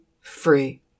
free